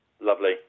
Lovely